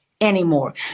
anymore